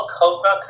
cobra